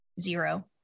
Zero